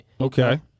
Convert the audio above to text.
Okay